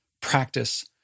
practice